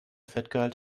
fettgehalt